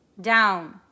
down